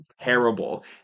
terrible